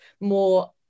more